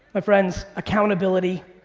friends, accountability,